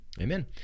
Amen